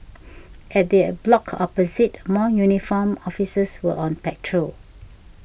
vat the block opposite more uniformed officers were on patrol